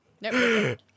Nope